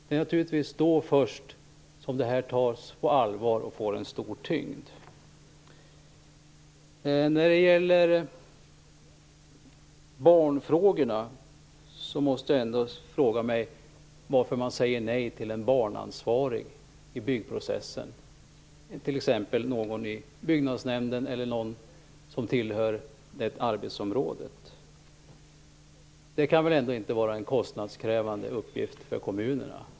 Det är naturligtvis först då som det här tas på allvar och får en stor tyngd. När det gäller barnfrågorna undrar jag varför man säger nej till en barnansvarig i byggprocessen, t.ex. någon i byggnadsnämnden eller någon som tillhör det arbetsområdet. Det kan väl ändå inte vara en kostnadskrävande uppgift för kommunerna?